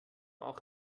auch